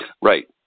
Right